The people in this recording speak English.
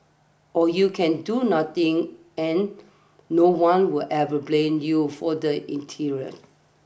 or you can do nothing and no one will ever blame you for the interior